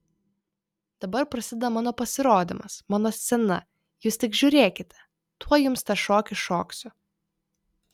dabar prasideda mano pasirodymas mano scena jūs tik žiūrėkite tuoj jums tą šokį šoksiu